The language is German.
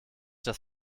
das